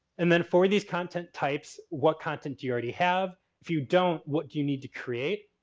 and then for these content types what content do you already have? if you don't, what do you need to create?